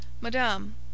Madame